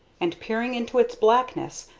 and, peering into its blackness,